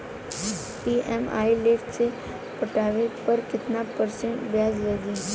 EMI late से पटावे पर कितना परसेंट ब्याज लगी?